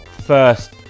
first